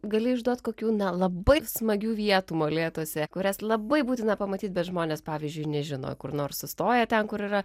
gali išduot kokių na labai smagių vietų molėtuose kurias labai būtina pamatyt bet žmonės pavyzdžiui nežino kur nors sustoja ten kur yra